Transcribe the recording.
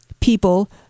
people